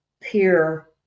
peer